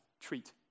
treat